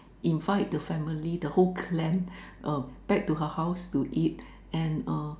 invite the family the whole clan uh back to her house to eat and uh